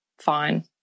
fine